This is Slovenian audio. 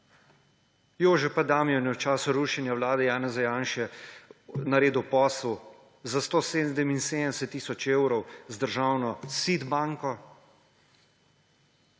Jože P. Damijan je v času rušenja vlade Janeza Janše naredil posel za 177 tisoč evrov z državno SID banko.